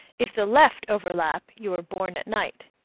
if the left overlap, you were born at night.